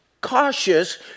cautious